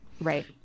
Right